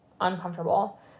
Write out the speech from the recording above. uncomfortable